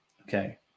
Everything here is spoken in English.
Okay